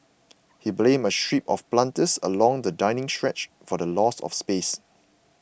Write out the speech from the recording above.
he blamed a strip of planters along the dining stretch for the loss of space